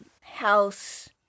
house